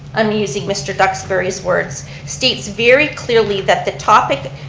i'm using mr. duxbury's words states very clearly that the topic,